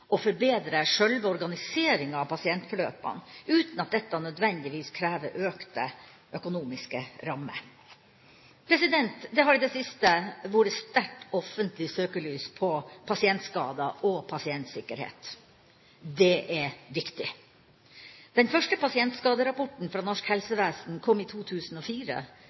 og forbedre sjølve organiseringa av pasientforløpene, uten at dette nødvendigvis krever økte økonomiske rammer. Det har i det siste vært et sterkt offentlig søkelys på pasientskader og pasientsikkerhet. Det er viktig. Den første pasientskaderapporten fra norsk helsevesen kom i 2004